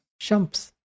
Shumps